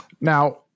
now